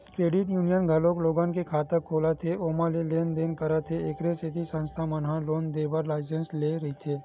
credit union घलोक लोगन के खाता खोलत हे ओमा लेन देन करत हे एखरे सेती संस्था मन ह लोन देय बर लाइसेंस लेय रहिथे